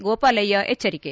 ಗೋಪಾಲಯ್ಯ ಎಚ್ಚರಿಕೆ